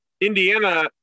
Indiana